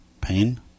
pain